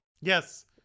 yes